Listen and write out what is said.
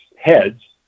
heads